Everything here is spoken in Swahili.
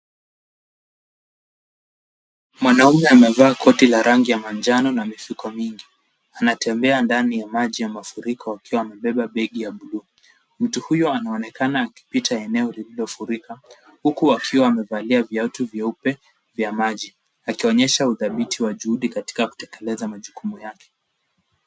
Mwanaume amevaa koti la rangi ya manjano na mifuko mingi. Anatembea ndani ya maji ya mafuriko akiwa amebeba begi ya bluu. Mtu huyo anaonekana akipita eneo lililofurika huku akiwa amevalia viatu vyeupe vya maji. Akionyesha udhabiti wa juhudi katika kutekeleza majukumu yake.